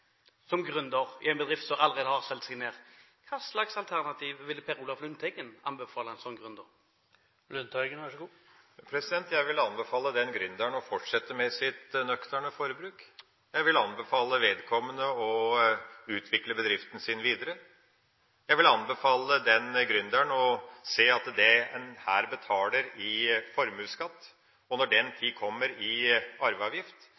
som gründer i en bedrift som allerede har solgt seg ned? Hva slags alternativ ville Per Olaf Lundteigen anbefale en slik gründer? Jeg vil anbefale den gründeren å fortsette med sitt nøkterne forbruk. Jeg vil anbefale vedkommende å utvikle bedriften sin videre. Jeg vil anbefale den gründeren å se at det en her betaler i formuesskatt, og når den tid kommer, i arveavgift,